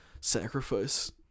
sacrifice